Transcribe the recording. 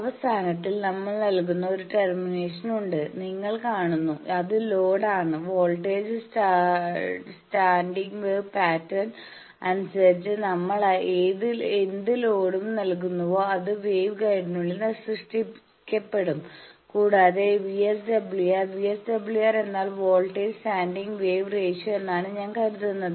അവസാനത്തിൽ നമ്മൾ നൽകുന്ന ഒരു ടെർമിനേഷൻ ഉണ്ടെന്ന് നിങ്ങൾ കാണുന്നു അത് ലോഡ് ആണ് വോൾട്ടേജ് സ്റ്റാൻഡിംഗ് വേവ് പാറ്റേൺ അനുസരിച്ച് നമ്മൾ എന്ത് ലോഡ് നൽകുന്നുവോ അത് വേവ് ഗൈഡിനുള്ളിൽ സൃഷ്ടിക്കപ്പെടും കൂടാതെ VSWR VSWR എന്നാൽ വോൾട്ടേജ് സ്റ്റാൻഡിംഗ് വേവ് റേഷ്യോ എന്നാണ് ഞാൻ കരുതുന്നത്